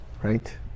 right